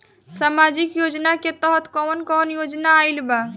सामाजिक योजना के तहत कवन कवन योजना आइल बा?